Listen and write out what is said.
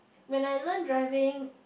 when I learn driving